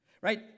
Right